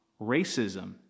Racism